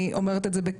אני אומרת את זה בכאב.